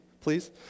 please